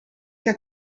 que